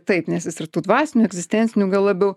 taip nes jis ir tų dvasinių egzistencinių gal labiau